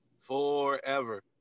forever